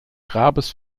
grabes